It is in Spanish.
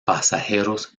pasajeros